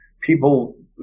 people